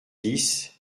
dix